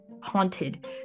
haunted